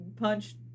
punched